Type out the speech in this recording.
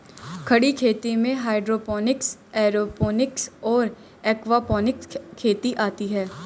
खड़ी खेती में हाइड्रोपोनिक्स, एयरोपोनिक्स और एक्वापोनिक्स खेती आती हैं